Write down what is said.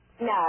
No